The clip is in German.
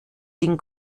den